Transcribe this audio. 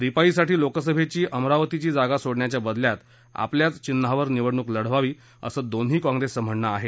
रिपाईसाठी लोकसभेची अमरावतीची जागा सोडण्याच्या बदल्यात आपल्याच चिन्हावर निवडणुक लढवावी असं दोन्ही कॉंप्रेसचं म्हणणं आहे